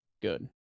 good